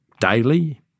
daily